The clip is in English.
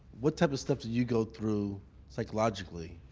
what type of stuff do you go through psychologically?